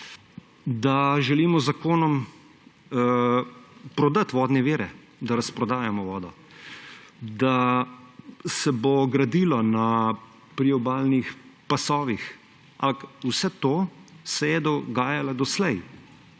Da želimo z zakonom prodati vodne vire, da razprodajmo vodo, da se bo gradilo na priobalnih pasovih. Vse to se je dogajalo doslej;